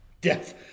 Death